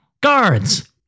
Guards